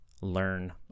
learn